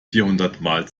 vierhundertmal